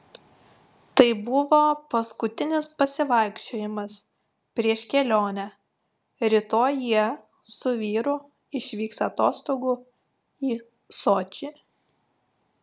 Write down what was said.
tai buvo paskutinis pasivaikščiojimas prieš kelionę rytoj jie su vyru išvyks atostogų į sočį